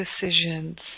decisions